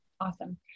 Awesome